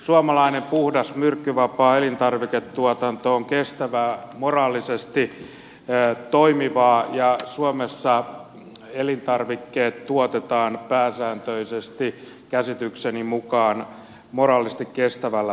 suomalainen puhdas myrkkyvapaa elintarviketuotanto on kestävää moraalisesti toimivaa ja suomessa elintarvikkeet tuotetaan pääsääntöisesti käsitykseni mukaan moraalisesti kestävällä perustalla